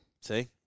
See